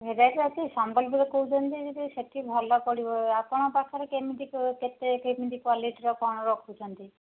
ସମ୍ବଲପୁର କହୁଛନ୍ତି ଯେ ଯଦି ସେଠି ଭଲ ପଡ଼ିବ ଆପଣଙ୍କ ପାଖରେ କେମିତି କେତେ କେମିତି କ୍ଵାଲିଟିରେ କ'ଣ ରଖୁଛନ୍ତି